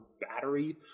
battery